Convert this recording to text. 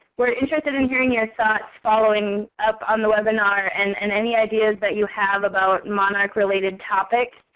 we're interested in hearing your thoughts following up on the webinar, and and any ideas that you have about monarch-related topics.